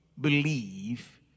believe